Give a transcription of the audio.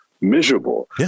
miserable